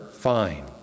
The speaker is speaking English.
fine